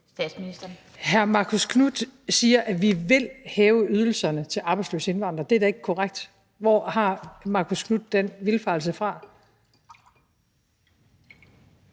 Hr. Marcus Knuth siger, at vi vil hæve ydelserne til arbejdsløse indvandrere. Det er da ikke korrekt. Hvor har hr. Marcus Knuth den vildfarelse fra?